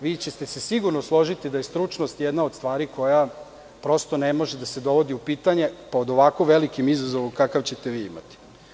Vi ćete se sigurno složiti da je stručnost jedna od stvari koja prosto ne može da se dovodi u pitanje pred ovako velikim izazovom kakav ćete vi imati.